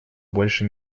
больше